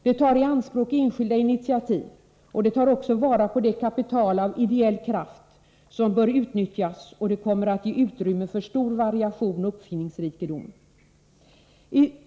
Det tar i anspråk enskilda initiativ, och det tar också vara på det kapital av ideell kraft som bör utnyttjas. Det kommer att ge utrymme för stor variation och uppfinningsrikedom.